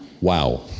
Wow